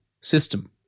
system